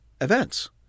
events